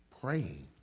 praying